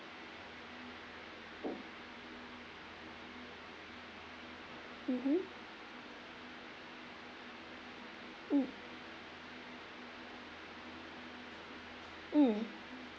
mmhmm mm mm